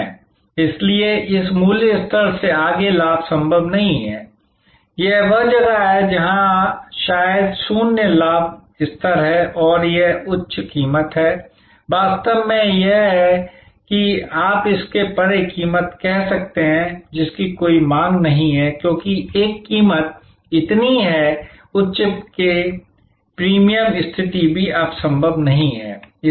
इसलिए इस मूल्य स्तर से आगे लाभ संभव नहीं है यह वह जगह है जहां शायद शून्य लाभ स्तर है और यह उच्च कीमत है वास्तव में यह है कि आप इससे परे कीमत कह सकते हैं जिसकी कोई मांग नहीं है क्योंकि एक कीमत इतनी है उच्च कि प्रीमियम स्थिति भी अब संभव नहीं है